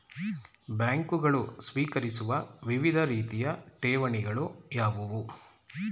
ಬ್ಯಾಂಕುಗಳು ಸ್ವೀಕರಿಸುವ ವಿವಿಧ ರೀತಿಯ ಠೇವಣಿಗಳು ಯಾವುವು?